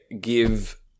give